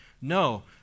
No